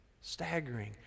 staggering